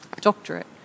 doctorate